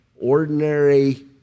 Ordinary